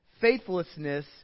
faithlessness